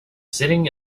sitting